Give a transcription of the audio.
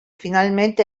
finalment